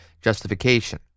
justification